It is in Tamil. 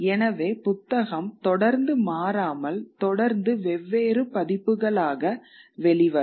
எனவே புத்தகம் தொடர்ந்து மாறாமல் தொடர்ந்து வெவ்வேறு பதிப்புகளாக வெளிவரும்